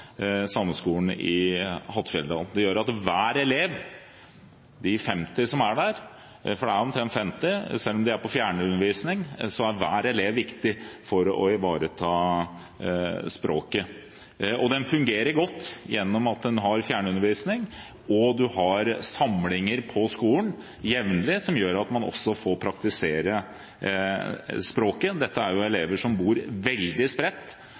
Sameskolen i Hattfjelldal. Det gjør at hver elev, de 50 som er der – for det er omtrent 50, selv om de er på fjernundervisning – er viktig for å ivareta språket. Skolen fungerer godt gjennom at den har fjernundervisning, og man har jevnlig samlinger på skolen som gjør at man også får praktisere språket. Dette er elever som bor veldig spredt,